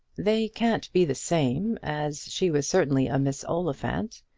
they can't be the same, as she was certainly a miss oliphant.